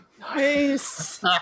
Nice